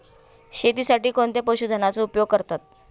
शेतीसाठी कोणत्या पशुधनाचा उपयोग करतात?